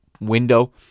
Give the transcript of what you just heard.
window